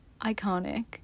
iconic